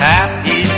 Happy